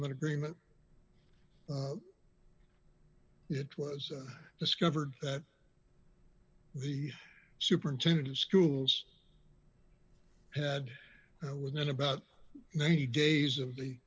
that agreement it was discovered that the superintendent of schools had within about ninety days of the